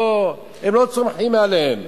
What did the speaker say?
הם לא צומחים מאליהם.